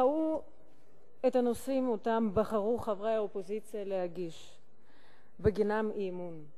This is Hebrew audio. ראו את הנושאים שבחרו חברי האופוזיציה להגיש בגינם אי-אמון,